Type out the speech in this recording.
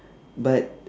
but